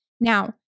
Now